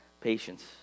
patience